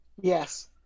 Yes